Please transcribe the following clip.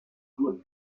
gould